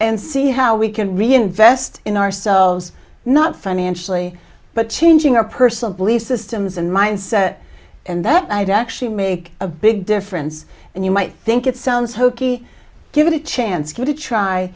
and see how we can reinvest in ourselves not financially but changing our personal belief systems and mindset and that i'd actually make a big difference and you might think it sounds hokey give it a chance